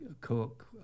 Cook